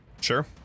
Sure